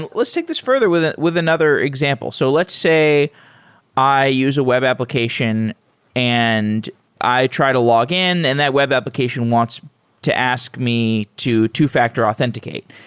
and let's take this further with ah with another example. so let's say i use a web application and i try to log in and that web application wants to ask me to two-factor authenticate.